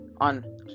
on